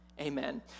Amen